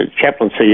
chaplaincy